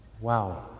wow